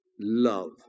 love